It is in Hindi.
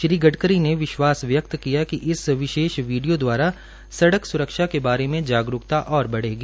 श्री गडकरी ने विश्वास व्यक्त किया कि इस विशेष वीडियो द्वारा सड़क स्रक्षा के बारे में जागरूकता ओर बढ़ेगी